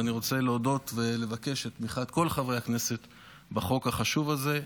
ואני רוצה להודות ולבקש את תמיכת כל חברי הכנסת בחוק החשוב הזה,